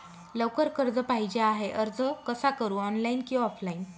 लवकर कर्ज पाहिजे आहे अर्ज कसा करु ऑनलाइन कि ऑफलाइन?